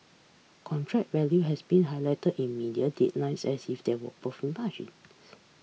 contract value has been highlighted in media headlines as if there were profit margins